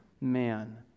man